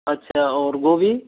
अच्छा और गोभी